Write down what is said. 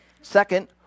Second